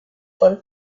por